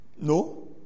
No